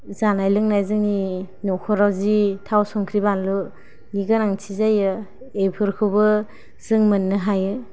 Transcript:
जानाय लोंनाय जोंनि नखराव जि थाव संख्रि बानलुनि गोनांथि जायो एफोरखौबो जों मोन्नो हायो